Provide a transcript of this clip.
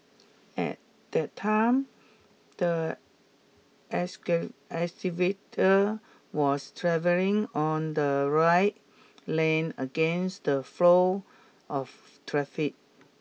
at that time the excavator was travelling on the right lane against the flow of traffic